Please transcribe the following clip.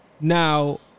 now